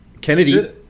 Kennedy